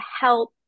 help